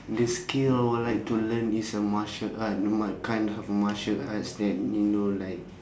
the skill I would like to learn is a martial arts the makan of martial arts that you know like